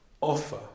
offer